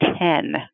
ten